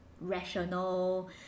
rational